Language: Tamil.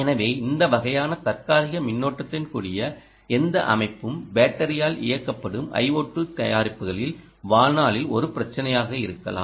எனவே இந்த வகையான தற்காலிக மின்னோட்டத்துடன் கூடிய எந்த அமைப்பும் பேட்டரியால் இயக்கப்படும் IoT தயாரிப்புகளின் வாழ்நாளில் ஒரு பிரச்சினையாக இருக்கலாம்